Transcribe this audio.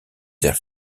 their